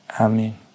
Amen